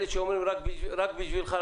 אלה שאומרים: רק בשבילך,